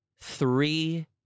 three